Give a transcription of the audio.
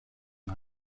und